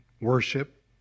worship